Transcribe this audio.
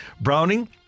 Browning